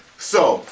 so,